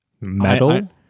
metal